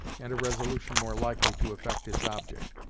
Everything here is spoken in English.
and a resolution more likely to effect its object.